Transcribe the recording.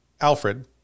Alfred